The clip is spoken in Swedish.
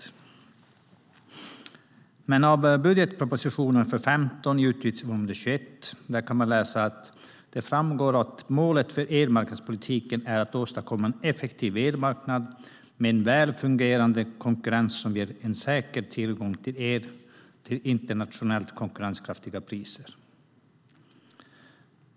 I budgetpropositionen för 2015, utgiftsområde 21, framgår det att målet för elmarknadspolitiken är att åstadkomma en effektiv elmarknad med väl fungerande konkurrens som ger en säker tillgång till el till internationellt konkurrenskraftiga priser.